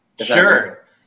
Sure